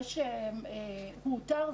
זה שהוא אותר,